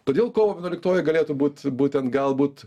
todėl kovo vienuoliktoji galėtų būt būtent galbūt